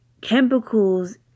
chemicals